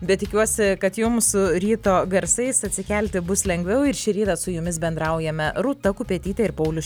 bet tikiuosi kad jums ryto garsais atsikelti bus lengviau ir šį rytą su jumis bendraujame rūta kupetytė ir paulius